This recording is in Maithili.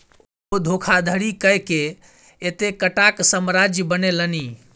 ओ धोखाधड़ी कय कए एतेकटाक साम्राज्य बनेलनि